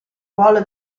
ruolo